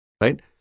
right